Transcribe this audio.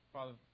Father